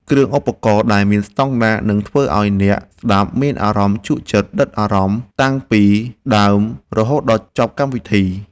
គ្រឿងឧបករណ៍ដែលមានស្តង់ដារនឹងធ្វើឱ្យអ្នកស្ដាប់មានអារម្មណ៍ជក់ចិត្តដិតអារម្មណ៍តាំងពីដើមដល់ចប់កម្មវិធី។